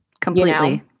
Completely